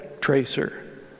tracer